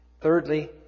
Thirdly